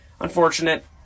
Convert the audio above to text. Unfortunate